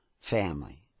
family